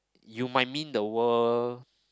you might mean the world